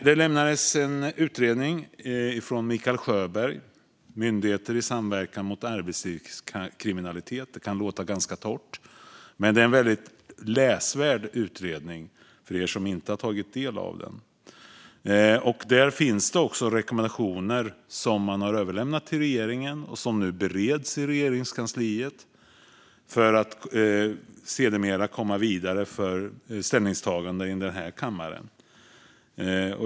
Det lämnades en utredning från Mikael Sjöberg, Myndigheter i samverkan mot arbetslivskriminalitet . Det kan låta ganska torrt, men det är en väldigt läsvärd utredning som jag kan rekommendera er som inte har tagit del av den. Där finns rekommendationer som man har överlämnat till regeringen och som nu bereds i Regeringskansliet för att sedermera komma för ställningstagande i den här kammaren.